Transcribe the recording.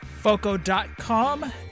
Foco.com